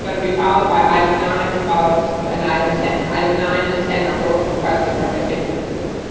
to be followed by item nine and followed an item ten. item nine and ten are both requests for continuances.